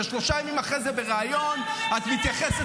ושלושה ימים אחרי זה בריאיון את מתייחסת